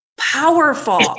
powerful